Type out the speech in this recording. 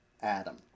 Adam